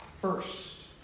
first